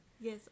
Yes